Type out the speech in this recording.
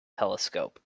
telescope